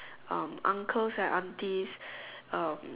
um uncles and aunties um